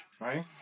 Right